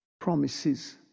Promises